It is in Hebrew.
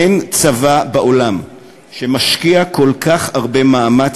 אין צבא בעולם שמשקיע כל כך הרבה מאמץ